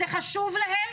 זה חשוב להם.